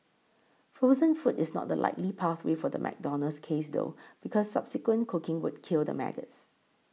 frozen food is not the likely pathway for the McDonald's case though because subsequent cooking would kill the maggots